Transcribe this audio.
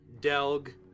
delg